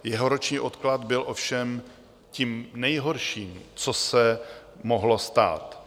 Jeho roční odklad byl ovšem tím nejhorším, co se mohlo stát.